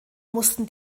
mussten